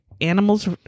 animals